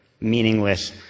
meaningless